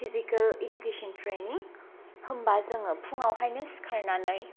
physical education training होनबा जोङो फुङावहायनो सिखारनानै